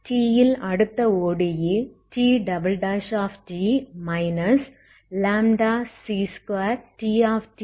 t ல் அடுத்த ODE Tt λc2Tt0 உள்ளது